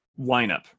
lineup